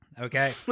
Okay